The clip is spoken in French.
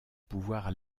pouvoir